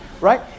Right